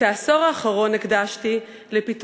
את שני העשורים האחרונים הקדשתי לפיתוח,